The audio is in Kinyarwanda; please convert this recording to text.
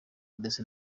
ndetse